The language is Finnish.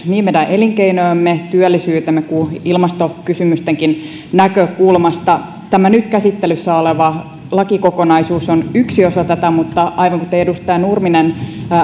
niin meidän elinkeinojemme ja työllisyytemme kuin ilmastokysymystenkin näkökulmasta tämä nyt käsittelyssä oleva lakikokonaisuus on yksi osa tätä mutta aivan kuten edustaja nurminen